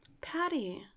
Patty